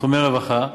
תחומי רווחה,